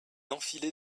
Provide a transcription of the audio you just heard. enfilez